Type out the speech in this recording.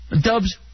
Dubs